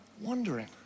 Wondering